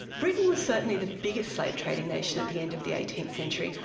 britain was certainly the biggest slave-trading nation at the end of the eighteenth century,